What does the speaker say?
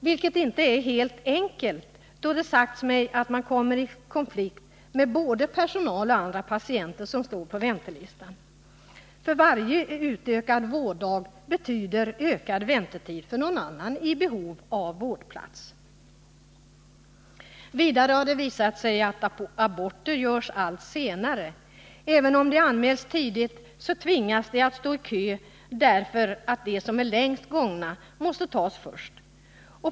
Det är inte så enkelt, då det sagts mig att vederbörande kommer i komflikt med både personal och andra patienter som står på väntelistan. Varje utökad vårddag betyder längre väntetid för någon annan som är i behov av vårdplats. Vidare har det visat sig att aborter görs allt senare. Även om anmälan görs tidigt tvingas fler stå i kö på grund av att de som är längst gångna måste tas först.